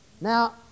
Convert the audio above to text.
now